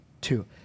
two